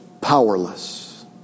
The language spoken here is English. powerless